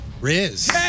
Riz